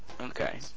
Okay